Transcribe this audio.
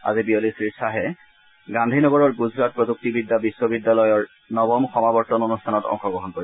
আজি বিয়লি শ্ৰী খাহে গান্ধীনগৰৰ গুজৰাট প্ৰযুক্তিবিদ্যা বিশ্ববিদ্যালয়ৰ নৱম সমাৱৰ্তন অনুষ্ঠানত অংশগ্ৰহণ কৰিব